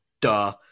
duh